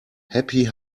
happy